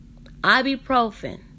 ibuprofen